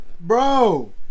Bro